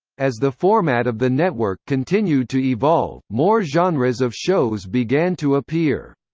as the format of the network continued to evolve, more genres of shows began to appear.